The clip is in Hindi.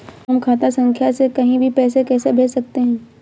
हम खाता संख्या से कहीं भी पैसे कैसे भेज सकते हैं?